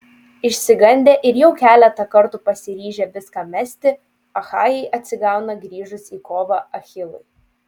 išsigandę ir jau keletą kartų pasiryžę viską mesti achajai atsigauna grįžus į kovą achilui